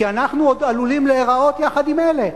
כי אנחנו עוד עלולים להיראות יחד עם אלה.